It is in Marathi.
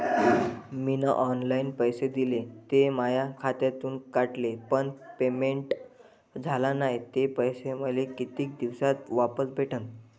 मीन ऑनलाईन पैसे दिले, ते माया खात्यातून कटले, पण पेमेंट झाल नायं, ते पैसे मले कितीक दिवसात वापस भेटन?